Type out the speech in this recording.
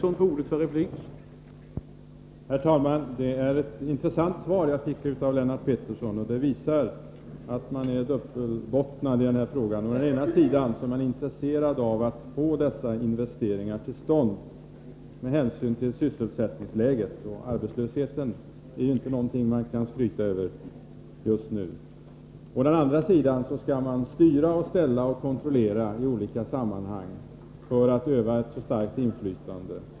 Herr talman! Det var ett intressant svar jag fick av Lennart Pettersson, och det visar att socialdemokratin är dubbelbottnad i den här frågan. Å ena sidan är man intresserad av att få dessa investeringar till stånd med hänsyn till sysselsättningen — arbetslösheten är ju inte någonting man kan skryta över just nu. Å andra sidan skall man styra och ställa och kontrollera i olika sammanhang för att utöva ett starkt inflytande.